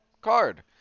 card